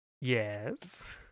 Yes